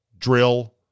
drill